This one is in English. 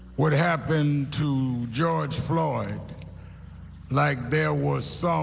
what happened to george floyd like there was so